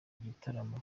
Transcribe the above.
gitaramo